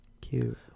Cute